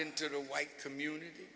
into the white community